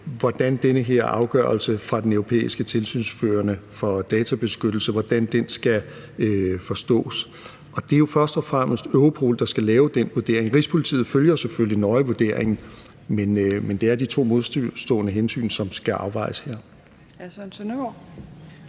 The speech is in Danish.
hvordan denne her afgørelse fra den europæiske tilsynsførende for databeskyttelse skal forstås. Det er jo først og fremmest Europol, der skal lave den vurdering. Rigspolitiet følger selvfølgelig nøje vurderingen, men det er de to modstående hensyn, som skal afvejes her.